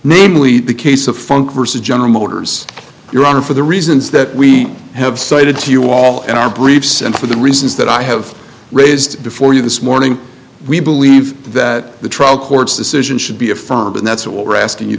namely the case of funk versus general motors your honor for the reasons that we have cited to you all in our briefs and for the reasons that i have raised before you this morning we believe that the trial court's decision should be affirmed and that's what we're asking you